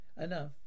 enough